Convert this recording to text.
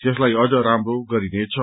यसलाई अझ राम्रो गरिनेछ